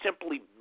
simply